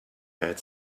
had